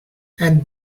and